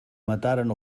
mataren